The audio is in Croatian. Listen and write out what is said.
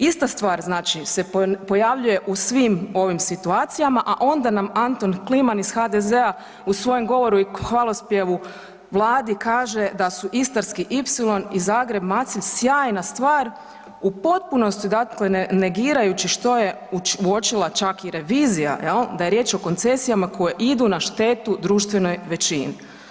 Ista stvar se pojavljuje u svim ovim situacijama, a onda nam Anton Kliman iz HDZ-a u svojem govoru i hvalospjevu Vladi kaže da su Istarski ipsilon i Zagreb-Macelj sjajna stvar u potpunosti negirajući što je uočila čak i revizija da je riječ o koncesijama koje idu na štetu društvenoj većini.